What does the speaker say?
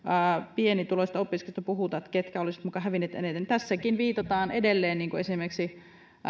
pienituloisista opiskelijoista puhutaan ketkä olisivat muka hävinneet eniten tässäkin viitataan edelleen niin kuin esimerkiksi